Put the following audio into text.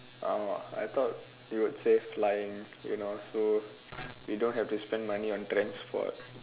ஆமா:aamaa I thought you would say flying you know so you don't have to spend money on transport